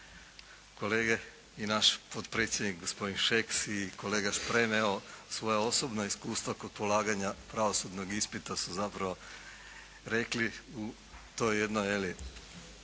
Kolege i naš potpredsjednik gospodin Šeks i kolega Šprem evo svoja osobna iskustva kod polaganja pravosudnog ispita su zapravo rekli u toj jednoj je